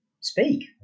speak